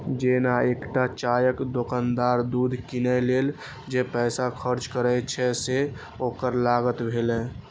जेना एकटा चायक दोकानदार दूध कीनै लेल जे पैसा खर्च करै छै, से ओकर लागत भेलै